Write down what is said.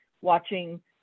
watching